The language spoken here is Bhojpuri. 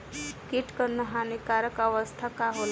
कीट क हानिकारक अवस्था का होला?